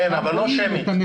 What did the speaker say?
כן, אבל לא שמית.